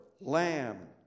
lamb